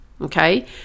Okay